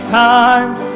times